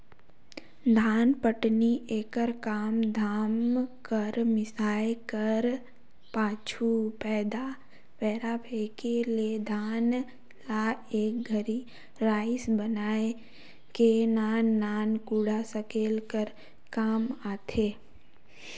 धानपटनी एकर काम धान कर मिसाए कर पाछू, पैरा फेकाए ले धान ल एक घरी राएस बनाए के नान नान कूढ़ा सकेले कर काम आथे